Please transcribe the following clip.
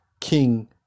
King